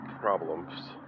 problems